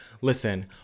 listen